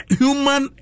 human